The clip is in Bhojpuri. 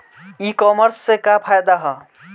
ई कामर्स से का फायदा ह?